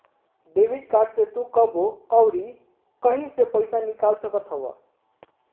debit card से तू कबो अउरी कहीं से पईसा निकाल सकत हवअ